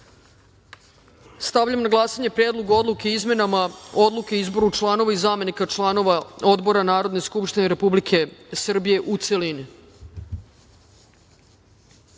reda. Stavljam na glasanje Predlog odluke o izmenama Odluke o izboru članova i zamenika članova Odbora Narodne skupštine Republike Srbije, u